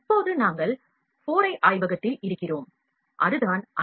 இப்போது நாங்கள் 4i ஆய்வகத்தில் இருக்கிறோம் அதுதான் ஐ